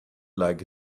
like